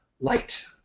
light